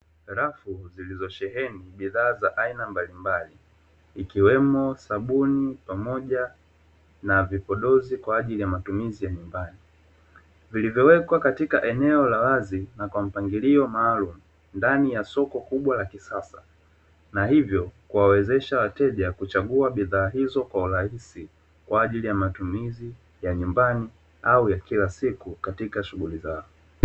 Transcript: Rafu zilizosheheni bidhaa za aina mbalimbali ikiwemo sabuni pamoja na vipodozi kwa ajili ya matumizi ya nyumbani, vilivyowekwa katika eneo la wazi na kwa mpangilio maalumu ndani ya soko kubwa la kisasa na hivyo kuwawezesha wateja kuchagua bidhaa hizo kwa urahisi kwa ajili ya matumizi ya nyumbani au ya kila siku katika shughuli zao.